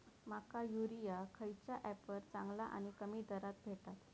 माका युरिया खयच्या ऍपवर चांगला आणि कमी दरात भेटात?